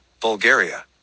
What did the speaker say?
Bulgaria